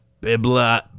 Bibla